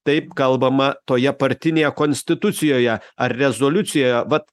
taip kalbama toje partinėje konstitucijoje ar rezoliucijoje vat